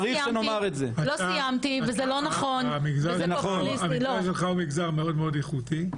המגזר שלך הוא מגזר מאוד איכותי.